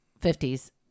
fifties